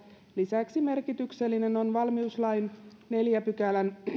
lisäksi merkityksellinen on valmiuslain neljännen pykälän